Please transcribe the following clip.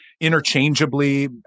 interchangeably